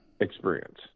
experience